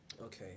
okay